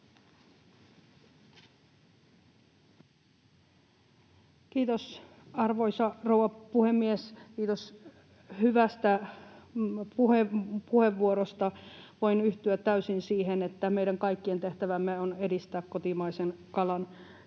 Kiitos, arvoisa rouva puhemies! Kiitos hyvästä puheenvuorosta. Voin yhtyä täysin siihen, että meidän kaikkien tehtävä on edistää kotimaisen kalan